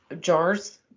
Jars